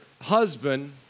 husband